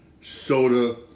soda